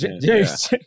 James